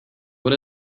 what